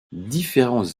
différents